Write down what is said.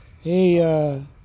Hey